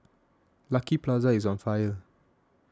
Lucky Plaza is on fire